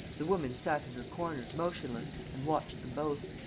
the woman sat in her corner, motionless, and watched them both.